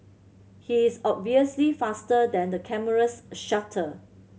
he is obviously faster than the camera's shutter